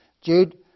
Jude